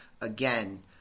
Again